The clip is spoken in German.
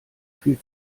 viel